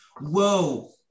Whoa